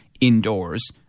indoors